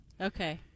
Okay